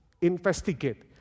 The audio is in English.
investigate